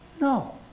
No